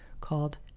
called